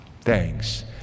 Thanks